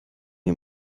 mir